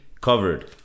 covered